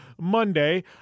Monday